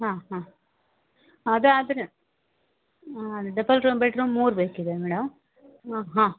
ಹಾಂ ಹಾಂ ಅದು ಆದರೆ ಡಬಲ್ ರೂಮ್ ಬೆಡ್ರೂಮ್ ಮೂರು ಬೇಕಿದೆ ಮೇಡಮ್ ಹ್ಞೂ ಹಾಂ